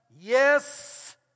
yes